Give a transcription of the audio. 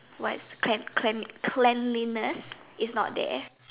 what clean clean cleanliness is not there